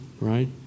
right